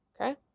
Okay